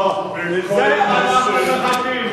לזה אנחנו מחכים.